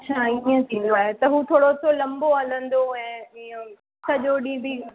अच्छा हीअं थींदो आहे त हू थोरो सो लंबो हलंदो ऐं ईअं ई सॼो ॾींहं बि